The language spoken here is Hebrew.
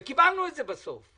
וקיבלנו את זה בסוף.